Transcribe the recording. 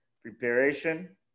Preparation